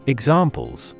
Examples